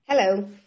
Hello